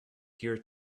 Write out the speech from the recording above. here